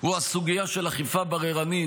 הוא הסוגיה של אכיפה בררנית,